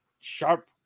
sharp